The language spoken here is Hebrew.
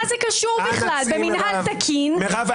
מירב,